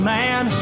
man